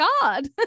God